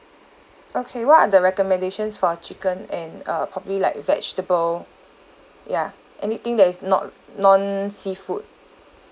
okay what are the recommendations for chicken and uh probably like vegetable ya anything that is not non seafood